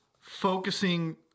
focusing